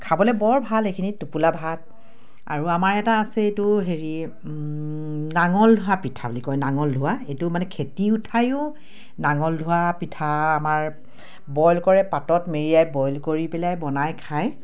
খাবলে বৰ ভাল এইখিনি টোপোলা ভাত আৰু আমাৰ এটা আছে এইটো হেৰি নাঙল ধোৱা পিঠা বুলি কয় নাঙল ধোৱা এইটো মানে খেতি উঠায়ো নাঙল ধোৱা পিঠা আমাৰ বইল কৰে পাতত মেৰিয়াই বইল কৰি পেলাই বনাই খায়